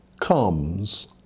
comes